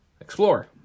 Explore